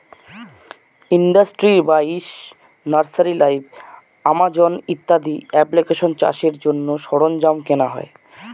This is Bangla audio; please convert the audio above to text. ইন্ডাস্ট্রি বাইশ, নার্সারি লাইভ, আমাজন ইত্যাদি এপ্লিকেশানে চাষের জন্য সরঞ্জাম কেনা হয়